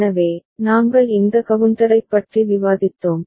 எனவே நாங்கள் இந்த கவுண்டரைப் பற்றி விவாதித்தோம்